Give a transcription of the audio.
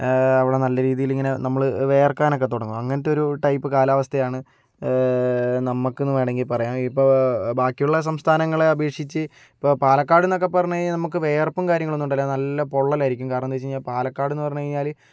അവിടെ നല്ല രീതീലിങ്ങനെ നമ്മള് വേർക്കാനൊക്കെ തുടങ്ങും അങ്ങനത്തൊരു ടൈപ്പ് കാലാവസ്ഥയാണ് നമ്മുക്കെന്ന് വേണമെങ്കിൽ പറയാം ഇപ്പോൾ ബാക്കിയുള്ള സംസ്ഥാനങ്ങളെ അപേക്ഷിച്ച് ഇപ്പോൾ പാലക്കാട്ന്നക്കെ പറഞ്ഞ് കഴിഞ്ഞാൽ വേർപ്പും കാര്യങ്ങളൊന്നും ഉണ്ടാവില്ല നല്ല പൊള്ളലായിരിക്കും കാരണം എന്താന്ന് വച്ച് കഴിഞ്ഞാൽ പാലക്കാട് എന്ന് പറഞ്ഞ് കഴിഞ്ഞാല്